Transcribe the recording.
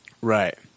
Right